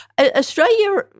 Australia